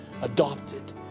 adopted